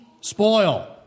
spoil